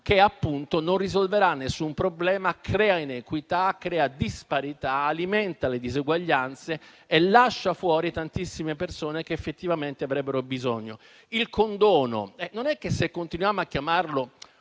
che non risolverà alcun problema, ma creerà inequità e disparità e alimenterà le disuguaglianze, lasciando fuori tantissime persone che effettivamente avrebbero bisogno. Quanto al condono, non è che se continuiamo a chiamarlo